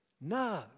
No